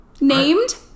named